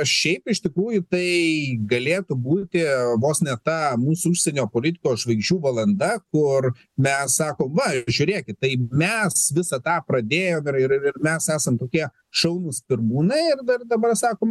šiaip iš tikrųjų tai galėtų būti vos ne ta mūsų užsienio politikos žvaigždžių valanda kur mes sakom va žiūrėkit tai mes visą tą pradėjom ir ir mes esam tokie šaunūs pirmūnai ir dar dabar sakom